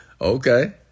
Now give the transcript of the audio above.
okay